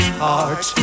heart